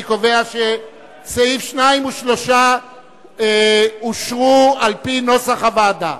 אני קובע שסעיפים 2 ו-3 אושרו על-פי נוסח הוועדה.